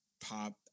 pop